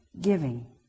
Giving